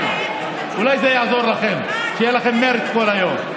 מה עשיתם, שיהיה לכם מרץ כל היום.